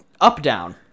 up-down